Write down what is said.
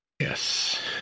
Yes